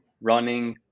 running